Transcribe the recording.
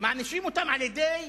מענישים אותם על-ידי